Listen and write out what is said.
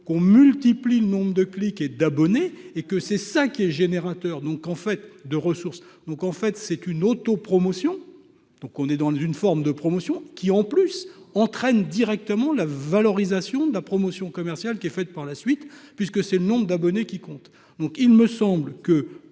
qu'on multiplie le nombre de clics et d'abonnés et que c'est ça qui est générateur donc en fait de ressources, donc en fait c'est une auto promotion. Donc on est dans une forme de promotion qui en plus entraînent directement la valorisation de la promotion commerciale qui est faite par la suite puisque c'est le nombre d'abonnés qui compte donc il me semble que